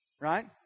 right